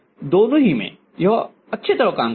दोनों ही में यह अच्छी तरह काम करता है